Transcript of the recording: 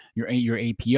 your a your apr,